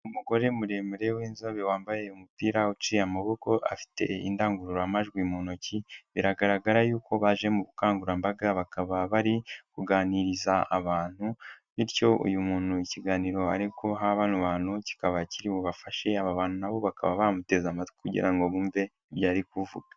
Umugore muremure w'inzobe wambaye umupira uciye amaboko, afite indangururamajwi mu ntoki, biragaragara yuko baje mu bukangurambaga bakaba bari kuganiriza abantu bityo uyu muntu ikiganiro ariguha bano bantu kikaba kiri bubafashe, aba bantu na bo bakaba bamuteze amatwi kugira ngo bumve ibyo ari kuvuga.